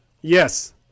Yes